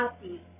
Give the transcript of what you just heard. happy